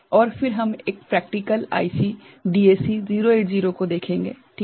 और फिर हम एक प्रेक्टिकल आईसी डीएसी 0808 को देखेंगे ठीक है